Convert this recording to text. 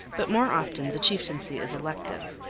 but more often the chieftaincy is elective.